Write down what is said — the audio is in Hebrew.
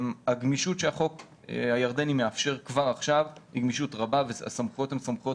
הגמישות שהחוק הירדני מאפשר עכשיו היא גמישות רבה והסמכויות הן סמכויות